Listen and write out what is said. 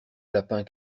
lapin